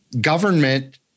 government